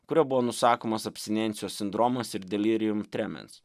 kuriuo buvo nusakomas abstinencijos sindromas ir delirium tremens